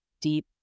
deep